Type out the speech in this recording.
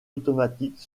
automatique